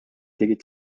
tegid